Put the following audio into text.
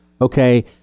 okay